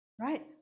right